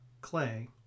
Clay